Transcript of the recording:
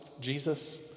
Jesus